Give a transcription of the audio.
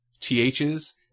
THs